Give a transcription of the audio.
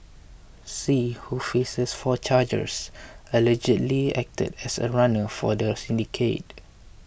see who faces four charges allegedly acted as a runner for the syndicate